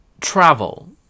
travel